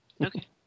Okay